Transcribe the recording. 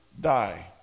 die